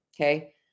Okay